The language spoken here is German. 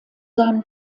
seinem